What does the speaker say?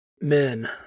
men